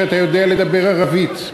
שאתה יודע לדבר ערבית.